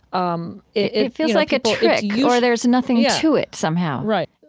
um it feels like a trick yeah or there's nothing yeah to it somehow right.